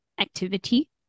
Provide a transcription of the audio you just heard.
activity